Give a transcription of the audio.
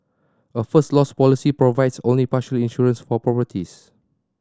a First Loss policy provides only partial insurance for properties